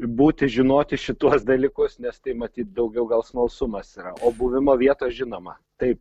būti žinoti šituos dalykus nes tai matyt daugiau gal smalsumas yra o buvimo vietos žinoma tai